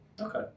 Okay